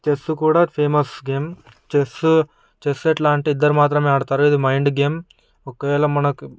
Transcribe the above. chess కూడా famous game chess ఎట్లా అంటే ఇద్దరు మాత్రమే ఆడుతారో ఇది మైండ్ గేమ్ ఒకవేళ మనకు